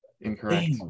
incorrect